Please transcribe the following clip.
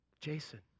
Jason